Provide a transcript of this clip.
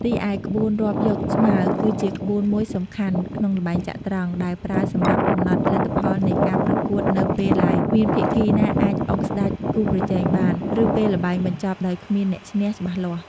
រីឯ ក្បួនរាប់យកស្មើ គឺជាក្បួនមួយសំខាន់ក្នុងល្បែងចត្រង្គ ដែលប្រើសម្រាប់កំណត់លទ្ធផលនៃការប្រកួតនៅពេលដែលគ្មានភាគីណាអាចអុកស្ដេចគូប្រជែងបាន ឬពេលល្បែងបញ្ចប់ដោយគ្មានអ្នកឈ្នះច្បាស់លាស់។